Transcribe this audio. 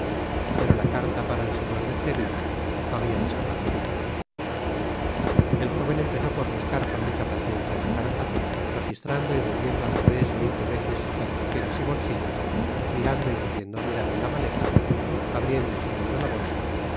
pero la carta para el señor de treyille habia desaparecido el jóven empezó por buscar con mucha paciencia la carta registrando y volviendo al revés veinte veces falriqueras y bolsillos mirando y volviendo á mirar en la maleta abriendo y cerrando la bolsa